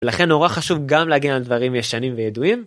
לכן נורא חשוב גם להגן על דברים ישנים וידועים.